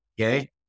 Okay